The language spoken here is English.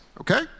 okay